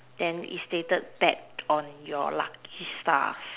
then is stated back on your lucky stars